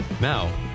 Now